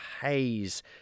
haze